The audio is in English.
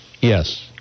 yes